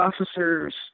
officers